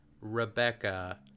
rebecca